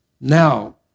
Now